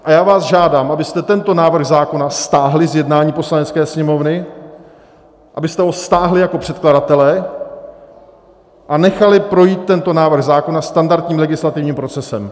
A já vás žádám, abyste tento návrh zákona stáhli z jednání Poslanecké sněmovny, abyste ho stáhli jako předkladatelé a nechali projít tento návrh zákona standardním legislativním procesem.